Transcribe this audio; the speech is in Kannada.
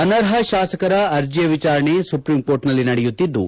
ಅನರ್ಪ ಶಾಸಕರ ಅರ್ಜಿಯ ವಿಚಾರಣೆ ಸುಪೀಂಕೋರ್ಟ್ನಲ್ಲಿ ನಡೆಯುತಿದ್ದು